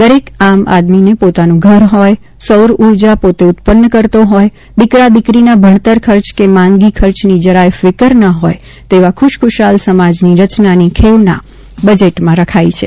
દરેક આમ આદમીને પોતાનું ઘર હોય સૌર ઉર્જા પોતે ઉત્પન્ન કરતો હોય દિકરા દિકરીનાં ભણતર ખર્ચ કે માંદગી ખર્ચની જરાય ફિકર ન હોય તેવા ખુશખુશાલ સમાજની રચનાની ખેવના બજેટમાં રખાઇ છે